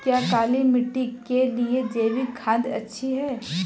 क्या काली मिट्टी के लिए जैविक खाद अच्छी है?